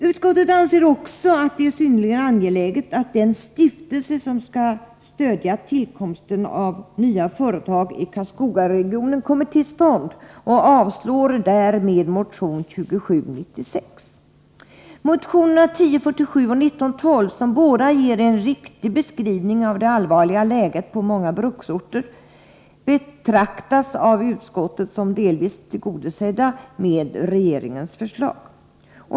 Utskottet anser också att det är synnerligen angeläget att den stiftelse som skall stödja tillkomsten av nya företag i Karlskogaregionen kommer till stånd och avstyrker därmed motion 2796. Motionerna 1047 och 1912, som båda ger en riktig beskrivning av det allvarliga läget på många bruksorter, betraktas av utskottet som delvis tillgodosedda med regeringens förslag.